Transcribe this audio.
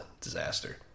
disaster